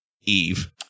Eve